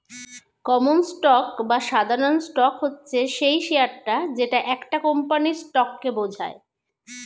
common stock বা সাধারণ stock হচ্ছে সেই শেয়ারটা যেটা একটা কোম্পানির স্টককে বোঝায়